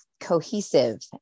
cohesive